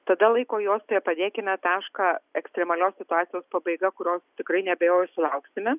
tada laiko juostoje padėkime tašką ekstremalios situacijos pabaiga kurios tikrai neabejoju sulauksime